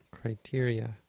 criteria